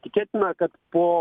tikėtina kad po